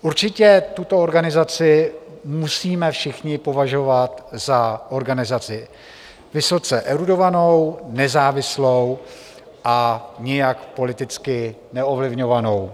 Určitě tuto organizaci musíme všichni považovat za organizaci vysoce erudovanou, nezávislou a nijak politicky neovlivňovanou.